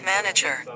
Manager